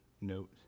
note